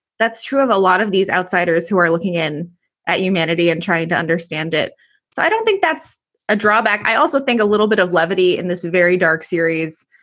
that's true of a lot of these outsiders who are looking in at you, menotti, and trying to understand it. so i don't think that's a drawback. i also think a little bit of levity in this very dark series,